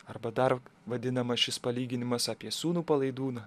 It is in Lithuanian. arba dar vadinamas šis palyginimas apie sūnų palaidūną